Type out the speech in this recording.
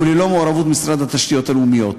וללא מעורבות משרד התשתיות הלאומיות.